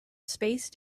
spaced